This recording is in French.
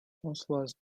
françoise